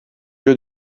lieu